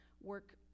work